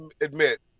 admit